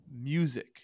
music